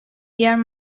diğer